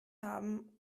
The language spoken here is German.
haben